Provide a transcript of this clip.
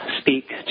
speak